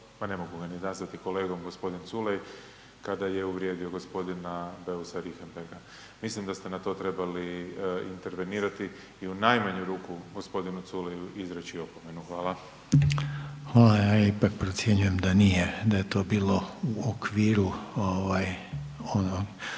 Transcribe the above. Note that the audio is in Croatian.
pa ne mogu ga ni nazvati kolegom, g. Culej kada je uvrijedio g. Beusa Richembergha. Mislim da ste na to trebali intervenirati i u najmanju ruku g. Culeju izreći opomenu. Hvala. **Reiner, Željko (HDZ)** Hvala, ali ja ipak procjenjujem da nije, da je to bilo u okviru